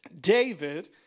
David